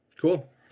Cool